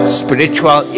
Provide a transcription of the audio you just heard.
spiritual